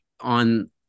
on